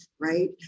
right